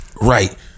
Right